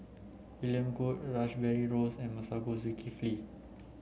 William Goode Rash Behari Rose and Masagos Zulkifli